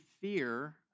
fear